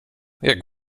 jak